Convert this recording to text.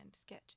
sketch